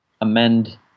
amend